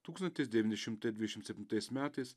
tūkstantis devyni šimtai dvidešimt septintais metais